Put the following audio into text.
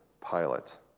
pilot